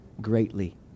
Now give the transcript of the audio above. greatly